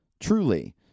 truly